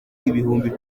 ibihumbi